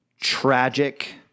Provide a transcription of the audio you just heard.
tragic